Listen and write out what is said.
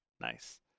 nice